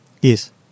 Yes